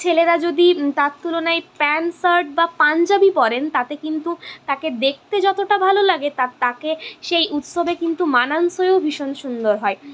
ছেলেরা যদি তার তুলনায় প্যান্ট শার্ট বা পাঞ্জাবি পরেন তাতে কিন্তু তাকে দেখতে যতটা ভালো লাগে তা তাকে সেই উৎসবে কিন্তু মানানসইও ভীষণ সুন্দর হয়